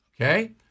okay